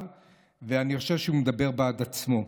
ואני חושב שהוא מדבר בעד עצמו: